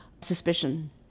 suspicion